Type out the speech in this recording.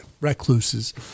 recluses